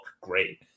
great